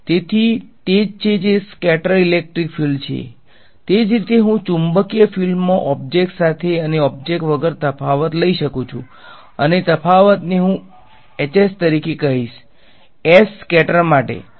તેથી તે જ છે જે સ્કેટર ઇલેક્ટ્રિક ફિલ્ડ છે તે જ રીતે હું ચુંબકીય ફિલ્ડમાં ઓબ્જેક્ટ સાથે અને ઓબ્જેક્ટ વગર તફાવત લઈ શકું છું અને તફાવતને હું Hs તરીકે કહીશ s સ્કેટર માટે આપણે આને સ્કેટર્ડ કહીએ છીએ